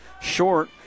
Short